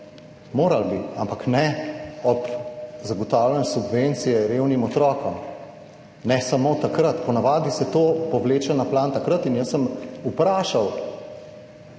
Morali bi, ampak ne ob zagotavljanju subvencije revnim otrokom, ne samo takrat, ponavadi se to povleče na plan takrat. In jaz sem vprašal,